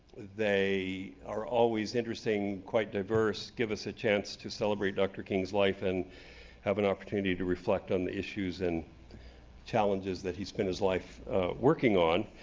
they are always interesting, quite diverse, give us a chance to celebrate dr. king's life, and have an opportunity to reflect on the issues and challenges that he spent his life working on.